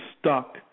stuck